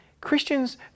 Christians